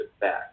back